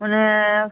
মানে